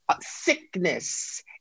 sickness